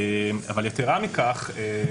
יתרה מכך,